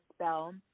spell